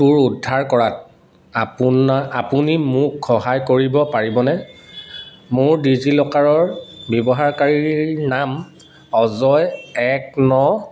উদ্ধাৰ কৰাত আপোনাক আপুনি মোক সহায় কৰিব পাৰিবনে মোৰ ডিজিলকাৰৰ ব্যৱহাৰকাৰীৰনাম অজয় এক ন